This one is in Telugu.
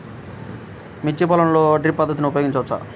మిర్చి పొలంలో డ్రిప్ పద్ధతిని ఉపయోగించవచ్చా?